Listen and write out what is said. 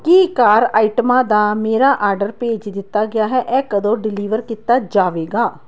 ਕੀ car ਆਈਟਮਾਂ ਦਾ ਮੇਰਾ ਆਰਡਰ ਭੇਜ ਦਿੱਤਾ ਗਿਆ ਹੈ ਇਹ ਕਦੋਂ ਡਿਲੀਵਰ ਕੀਤਾ ਜਾਵੇਗਾ